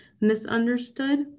misunderstood